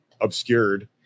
obscured